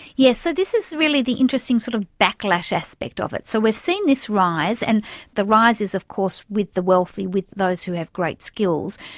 yes, so this is really the interesting sort of backlash aspect of it. so we've seen this rise, and the rise is of course with the wealthy, with those who have great skills,